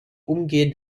umgehend